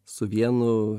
su vienu